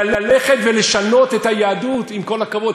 ללכת ולשנות את היהדות, עם כל הכבוד?